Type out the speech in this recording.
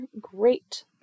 great